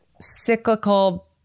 cyclical